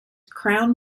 crown